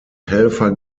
helfer